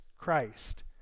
Christ